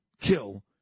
kill